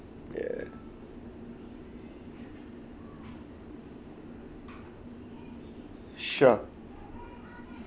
ya sure